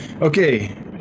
Okay